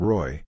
Roy